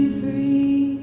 free